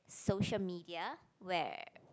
social media where